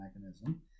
mechanism